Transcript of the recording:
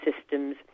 systems